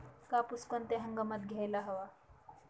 कापूस कोणत्या हंगामात घ्यायला हवा?